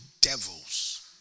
devils